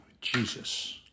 Jesus